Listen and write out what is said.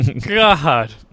God